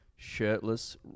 Shirtless